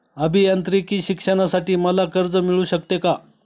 अभियांत्रिकी शिक्षणासाठी मला कर्ज मिळू शकते का?